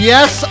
Yes